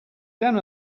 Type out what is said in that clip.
down